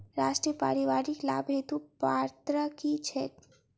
राष्ट्रीय परिवारिक लाभ हेतु पात्रता की छैक